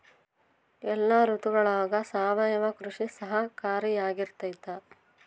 ಎಲ್ಲ ಋತುಗಳಗ ಸಾವಯವ ಕೃಷಿ ಸಹಕಾರಿಯಾಗಿರ್ತೈತಾ?